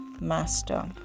master